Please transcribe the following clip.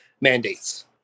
mandates